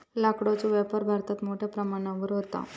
लाकडाचो व्यापार भारतात मोठ्या प्रमाणावर व्हता